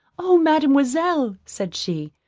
oh mademoiselle! said she,